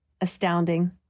Astounding